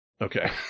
Okay